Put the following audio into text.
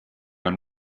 and